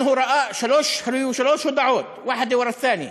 מה הכוונה?